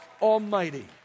Almighty